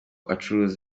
acuruza